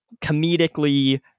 comedically